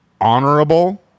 honorable